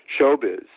showbiz